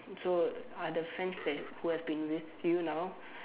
so are the friends that who have been with you now